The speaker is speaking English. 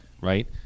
Right